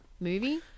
movie